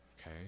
Okay